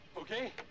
Okay